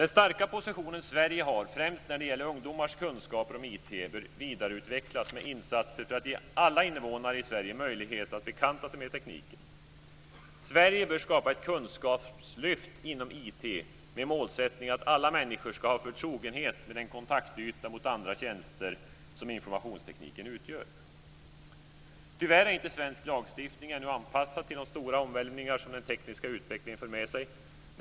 Den starka position som Sverige har, främst när det gäller ungdomars kunskaper om IT, bör vidareutvecklas med insatser för att ge alla invånare i Sverige möjlighet att bekanta sig med tekniken. Sverige bör skapa ett kunskapslyft inom IT, med målsättningen att alla människor ska ha förtrogenhet med den kontaktyta mot andra tjänster som informationstekniken utgör. Tyvärr är svensk lagstiftning ännu inte anpassad till de stora omvälvningar som den tekniska utvecklingen för med sig.